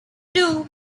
two